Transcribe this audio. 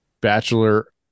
bachelor